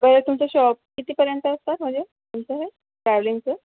तुमचं शॉप कितीपर्यंत असतात म्हणजे तुमचं हे ट्रेव्हलिंगचं